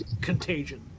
contagion